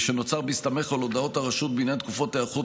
שנוצר בהסתמך על הודעות הרשות בעניין תקופות היערכות